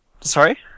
Sorry